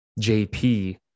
JP